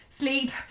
sleep